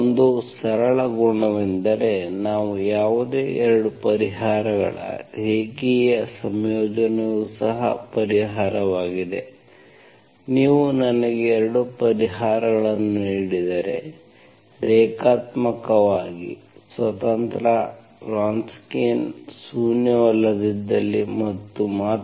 ಒಂದು ಸರಳ ಗುಣವೆಂದರೆ ಯಾವುದೇ 2 ಪರಿಹಾರಗಳ ರೇಖೀಯ ಸಂಯೋಜನೆಯು ಸಹ ಪರಿಹಾರವಾಗಿದೆ ನೀವು ನನಗೆ 2 ಪರಿಹಾರಗಳನ್ನು ನೀಡಿದರೆ ರೇಖಾತ್ಮಕವಾಗಿ ಸ್ವತಂತ್ರ ವ್ರೊನ್ಸ್ಕಿಯನ್ ಶೂನ್ಯವಲ್ಲದಿದ್ದಲ್ಲಿ ಮತ್ತು ಮಾತ್ರ